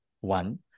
One